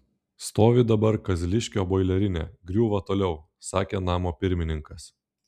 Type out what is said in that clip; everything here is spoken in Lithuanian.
stovi dabar kazliškio boilerinė griūva toliau sakė namo pirmininkas